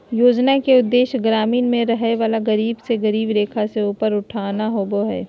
योजना के उदेश्य ग्रामीण में रहय वला गरीब के गरीबी रेखा से ऊपर उठाना होबो हइ